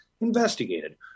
investigated